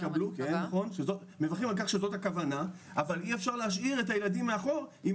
נכון, מברכים על כך שזאת הכוונה.